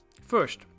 First